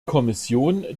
kommission